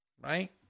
Right